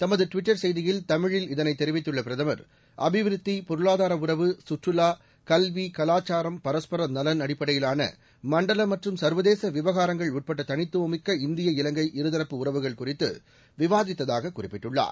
தமது ட்விட்டர் செய்தியில் தமிழில் இதனை தெரிவித்துள்ள பிரதமர் அபிவிருத்தி பொருளாதார உறவு கற்றுலா கல்வி கலாச்சாரம் பரஸ்பர நலன் அடிப்படையிலான மண்டல மற்றும் சர்வதேச விவகாரங்கள் உட்பட தனித்துவமிக்க இந்திய இலங்கை இருதரப்பு உறவுகள் குறித்து விவாதித்ததாக குறிப்பிட்டுள்ளார்